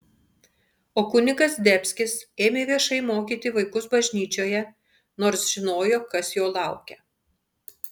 o kunigas zdebskis ėmė viešai mokyti vaikus bažnyčioje nors žinojo kas jo laukia